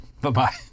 Bye-bye